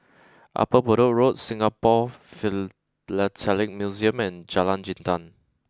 Upper Bedok Road Singapore Philatelic Museum and Jalan Jintan